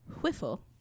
Whiffle